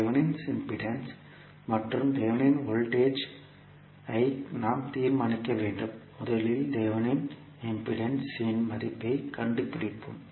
Thevenin impedance மற்றும் Thevenin voltage ஐ நாம் தீர்மானிக்க வேண்டும் முதலில் தெவெனின் இம்பிடேன்ஸ் இன் மதிப்பைக் கண்டுபிடிப்போம்